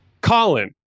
Colin